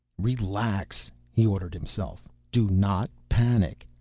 relax! he ordered himself. do not panic!